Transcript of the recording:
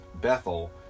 Bethel